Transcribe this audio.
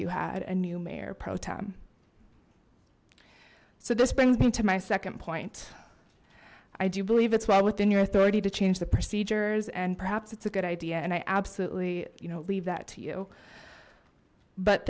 you had a new mayor proton so this brings me to my second point i do believe it's well within your authority to change the procedures and perhaps it's a good idea and i absolutely you know leave that to you but